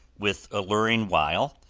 with alluring wile,